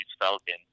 Falcon